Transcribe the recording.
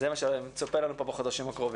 זה מה שצפוי לנו כאן בחודשים הקרובים.